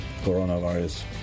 coronavirus